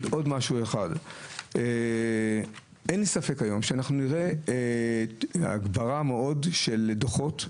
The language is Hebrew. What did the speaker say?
אין לי ספק שאנחנו נראה הגברה של דוחות,